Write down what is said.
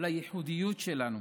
לייחודיות שלנו.